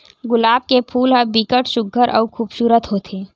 गुलाब के फूल ह बिकट सुग्घर अउ खुबसूरत होथे